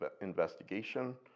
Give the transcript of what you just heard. investigation